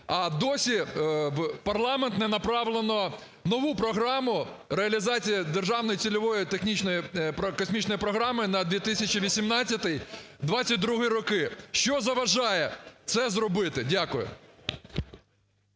а досі в парламент не направлено нову програму реалізації Державної цільової технічної космічної програми на 2018-2022 роки. Що заважає це зробити? Дякую.